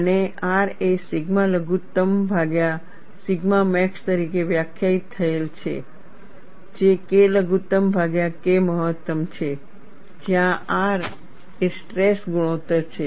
અને R એ sigma લઘુત્તમ ભાગ્યા સિગ્મા મેક્સ તરીકે વ્યાખ્યાયિત થયેલ છે જે K લઘુત્તમ ભાગ્યા K મહત્તમ છે જ્યાં R એ સ્ટ્રેસ ગુણોત્તર છે